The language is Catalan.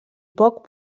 poc